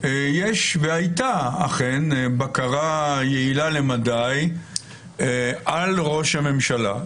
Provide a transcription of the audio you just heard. יש והייתה אכן בקרה יעילה למדי על ראש הממשלה.